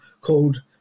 called